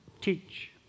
teach